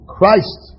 Christ